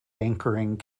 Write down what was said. anchoring